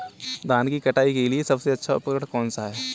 धान की कटाई के लिए सबसे अच्छा उपकरण कौन सा है?